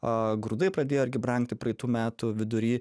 a grūdai padėjo irgi brangti praeitų metų vidury